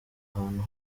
ahantu